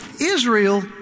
Israel